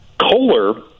Kohler